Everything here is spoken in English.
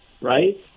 Right